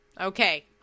Okay